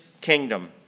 kingdom